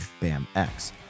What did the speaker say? BAMX